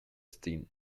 sting